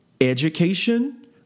education